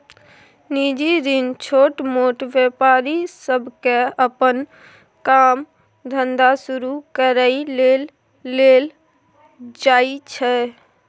निजी ऋण छोटमोट व्यापारी सबके अप्पन काम धंधा शुरू करइ लेल लेल जाइ छै